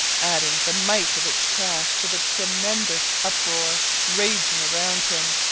adding the mite of its crash to the tremendous uproar raging around him,